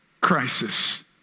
crisis